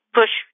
push